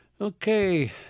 Okay